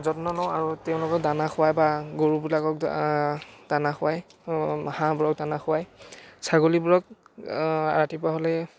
যত্ন লওঁ আৰু তেওঁলোকক দানা খুৱাই বা গৰুবিলাকক দানা খুৱাই হাঁহবোৰক দানা খুৱাই ছাগলীবোৰক ৰাতিপুৱা হ'লে